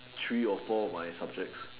three or four of my subjects